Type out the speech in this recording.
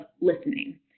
listening